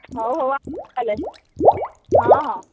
ହଉ ହଉ ଆସ ତାହେଲେ ହଁ ହଁ